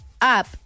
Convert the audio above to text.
up